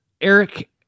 eric